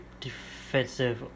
defensive